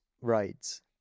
rides